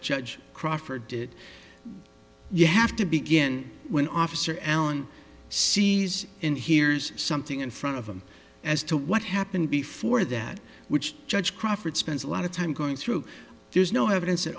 judge crawford did you have to begin when officer allen sees and hears something in front of them as to what happened before that which judge crawford spends a lot of time going through there's no evidence